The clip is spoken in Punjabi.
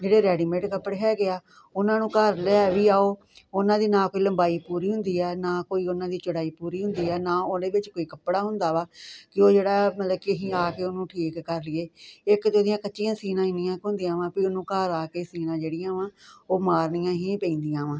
ਜਿਹੜੇ ਰੈਡੀਮੇਡ ਕੱਪੜੇ ਹੈਗੇ ਆ ਉਨ੍ਹਾਂ ਨੂੰ ਘਰ ਲੈ ਵੀ ਆਓ ਉਨ੍ਹਾਂ ਦੀ ਨਾ ਕੋਈ ਲੰਬਾਈ ਪੂਰੀ ਹੁੰਦੀ ਐ ਨਾ ਕੋਈ ਉਨ੍ਹਾਂ ਦੀ ਚੌੜਾਈ ਪੂਰੀ ਹੁੰਦੀ ਐ ਨਾ ਉਹਦੇ ਵਿੱਚ ਕੋਈ ਕੱਪੜਾ ਹੁੰਦਾ ਵਾ ਕੀ ਉਹ ਜਿਹੜਾ ਮਤਲਬ ਕੀ ਅਸੀਂ ਲਾ ਕੇ ਉਹਨੂੰ ਠੀਕ ਕਰ ਲੀਏ ਇੱਕ ਤਾਂ ਉਹਦੀਆਂ ਕੱਚੀਆਂ ਸੀਣਾ ਐਨੀਆਂ ਕ ਹੁੰਦੀਆਂ ਵਾਂ ਕੀ ਉਹਨੂੰ ਘਰ ਆ ਕੇ ਸੀਣਾ ਜਿਹੜੀਆਂ ਵਾ ਉਹ ਮਾਰਨੀਆਂ ਹੀ ਪੈਂਦੀਆਂ ਵਾਂ